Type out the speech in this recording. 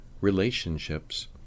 relationships